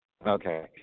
Okay